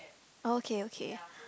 oh okay okay